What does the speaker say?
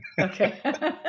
Okay